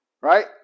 Right